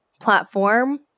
platform